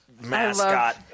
mascot